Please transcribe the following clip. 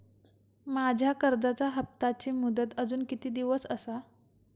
माझ्या कर्जाचा हप्ताची मुदत अजून किती दिवस असा?